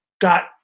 got